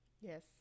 Yes